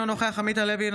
אינו נוכח עמית הלוי,